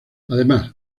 además